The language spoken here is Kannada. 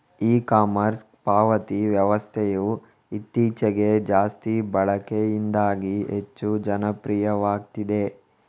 ಇ ಕಾಮರ್ಸ್ ಪಾವತಿ ವ್ಯವಸ್ಥೆಯು ಇತ್ತೀಚೆಗೆ ಜಾಸ್ತಿ ಬಳಕೆಯಿಂದಾಗಿ ಹೆಚ್ಚು ಜನಪ್ರಿಯವಾಗ್ತಿದೆ